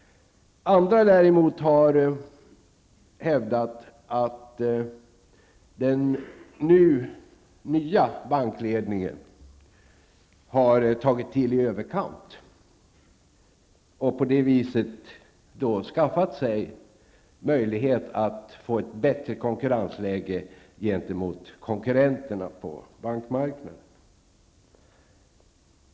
Andra däremot har hävdat att den nya bankledningen har tagit till i överkant och på det viset har skaffat sig möjlighet att få ett bättre konkurrensläge gentemot konkurrenterna på bankmarknaden.